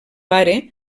pare